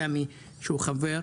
סמי שהוא חבר,